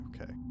Okay